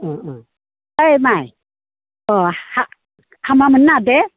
ओय माइ अ हामा मोननो नाङा दे